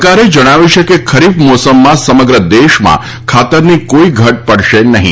સરકારે જણાવ્યું છે કે ખરીફ મોસમમાં સમગ્ર દેશમાં ખાતરની કોઈ ઘટ પડશે નહીં